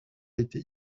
été